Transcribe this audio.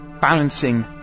balancing